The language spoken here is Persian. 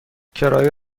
کرایه